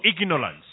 ignorance